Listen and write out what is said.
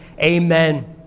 Amen